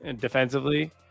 defensively